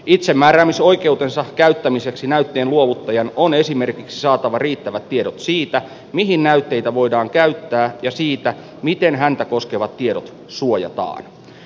itsemääräämisoikeutensa käyttämiseksi näytteen luovuttajan on esimerkiksi saatava riittävät tiedot siitä mihin näytteitä voidaan käyttää ja siitä miten häntä koskevat tiedot suojataan